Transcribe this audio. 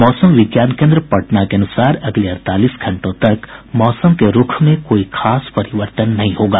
मौसम विज्ञान केन्द्र पटना के अनुसार अगले अड़तालीस घंटों तक मौसम के रूख में कोई खास परिवर्तन नहीं होगा